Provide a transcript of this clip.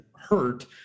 hurt